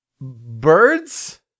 birds